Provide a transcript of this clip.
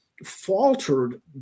faltered